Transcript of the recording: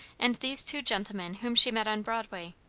and these two gentlemen whom she met on broadway.